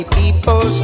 people